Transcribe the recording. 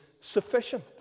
sufficient